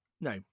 No